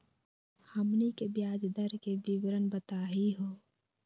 हमनी के ब्याज दर के विवरण बताही हो?